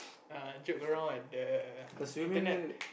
err joke around at the internet